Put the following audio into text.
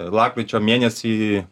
lapkričio mėnesį